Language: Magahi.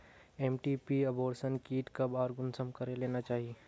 एम.टी.पी अबोर्शन कीट कब आर कुंसम करे लेना चही?